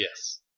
Yes